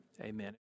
Amen